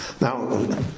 Now